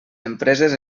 empreses